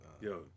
Yo